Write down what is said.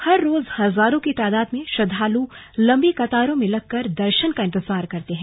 हर रोज हजारों की तादाद में श्रद्वालु लंबी कतारों में लगकर दर्शन का इंतजार करते हैं